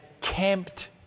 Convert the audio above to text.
camped